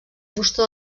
fusta